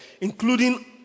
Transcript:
including